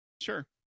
sure